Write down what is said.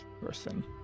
person